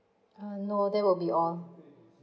no that will be all